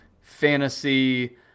fantasy